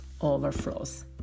overflows